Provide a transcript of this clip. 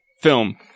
Film